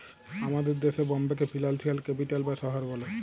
আমাদের দ্যাশে বম্বেকে ফিলালসিয়াল ক্যাপিটাল বা শহর ব্যলে